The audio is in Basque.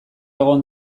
egon